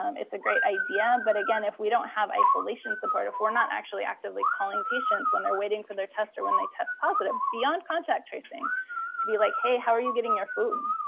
um it's a great idea. but again, if we don't have isolation support, if we're not actually actively calling patients when they're waiting for their test or when they test positive beyond contact tracing to be like, hey, how are you getting your food?